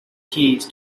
keys